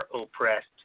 oppressed